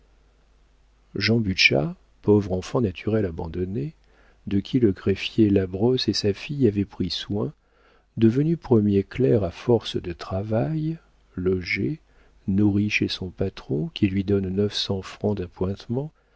butscha pauvre enfant naturel abandonné de qui le greffier labrosse et sa fille avaient pris soin devenu premier clerc à force de travail logé nourri chez son patron qui lui donne neuf cents francs d'appointements